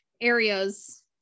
areas